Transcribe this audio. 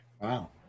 wow